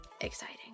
exciting